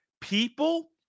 People